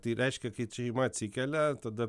tai reiškia kad šeima atsikelia tada